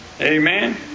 Amen